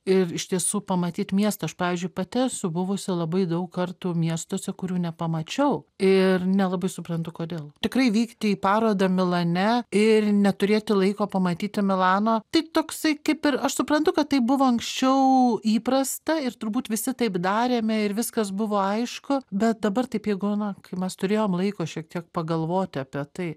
ir iš tiesų pamatyt miesto aš pavyzdžiui pati esu buvusi labai daug kartų miestuose kurių nepamačiau ir nelabai suprantu kodėl tikrai vykti į parodą milane ir neturėti laiko pamatyti milano tai toksai kaip ir aš suprantu kad tai buvo anksčiau įprasta ir turbūt visi taip darėme ir viskas buvo aišku bet dabar taip jeigu na kai mes turėjom laiko šiek tiek pagalvoti apie tai